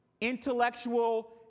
intellectual